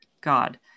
god